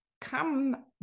come